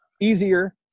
easier